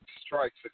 strikes